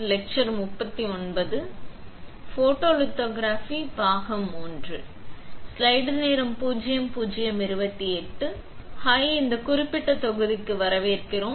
hi இந்த குறிப்பிட்ட தொகுதிக்கு வரவேற்கிறோம்